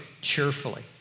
cheerfully